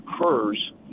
occurs